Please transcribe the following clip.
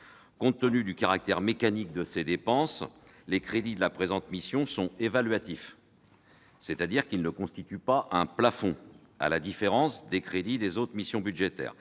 Compte tenu du caractère mécanique de ces dépenses, les crédits de cette mission sont évaluatifs, c'est-à-dire qu'ils ne constituent pas un plafond, à la différence des crédits des autres missions budgétaires.